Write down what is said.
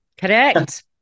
correct